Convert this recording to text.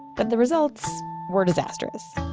but the results were disastrous.